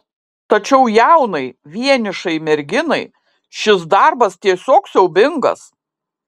tačiau jaunai vienišai merginai šis darbas tiesiog siaubingas